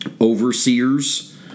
overseers